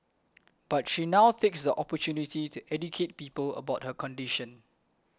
but she now takes the opportunity to educate people about her condition